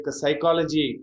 psychology